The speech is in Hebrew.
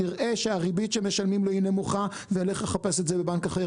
יראה שהריבית שמשלמים לו היא נמוכה וילך לחפש את זה בבנק אחר.